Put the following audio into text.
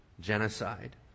genocide